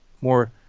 more